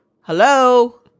Hello